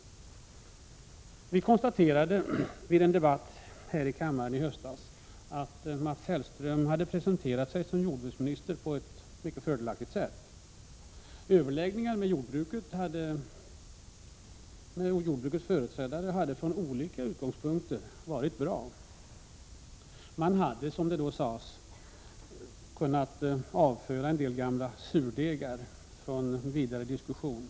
Vi konstaterade vid en debatt här i kammaren i höstas att Mats Hellström hade presenterat sig som jordbruksminister på ett mycket fördelaktigt sätt. Överläggningar med jordbrukets företrädare hade från olika utgångspunkter varit bra. Man hade, som det då sades, kunnat avföra en del gamla surdegar från vidare diskussioner.